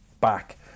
back